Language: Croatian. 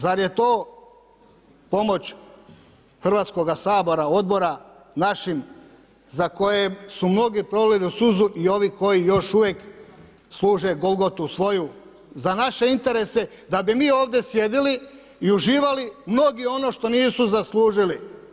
Zar je to pomoć Hrvatskoga sabora, odbora našima za koje su mnogi prolili suzu i ovi koji još uvijek služe golgotu svoju za naše interese da bi mi ovdje sjedili i uživali mnogi ono što nisu zaslužili?